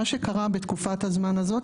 מה שקרה בתקופת הזמן הזאת,